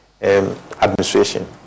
administration